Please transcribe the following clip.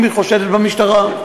אם היא חושדת במשטרה,